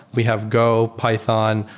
we have go, python,